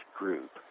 group